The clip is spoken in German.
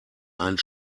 einen